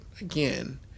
again